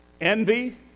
Envy